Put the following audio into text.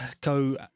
go